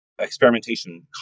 experimentation